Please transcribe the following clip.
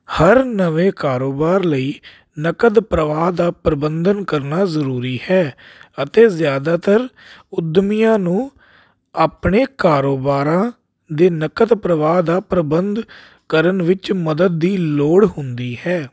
ਹਰ ਨਵੇਂ ਕਾਰੋਬਾਰ ਲਈ ਨਕਦ ਪ੍ਰਵਾਹ ਦਾ ਪ੍ਰਬੰਧਨ ਕਰਨਾ ਜ਼ਰੂਰੀ ਹੈ ਅਤੇ ਜ਼ਿਆਦਾਤਰ ਉੱਦਮੀਆਂ ਨੂੰ ਆਪਣੇ ਕਾਰੋਬਾਰਾਂ ਦੇ ਨਕਦ ਪ੍ਰਵਾਹ ਦਾ ਪ੍ਰਬੰਧ ਕਰਨ ਵਿੱਚ ਮਦਦ ਦੀ ਲੋੜ ਹੁੰਦੀ ਹੈ